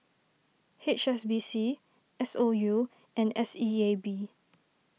H S B C S O U and S E A B